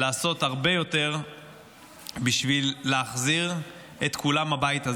לעשות הרבה יותר בשביל להחזיר את כולם הביתה.